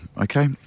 okay